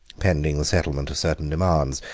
pending the settlement of certain demands,